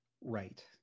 Right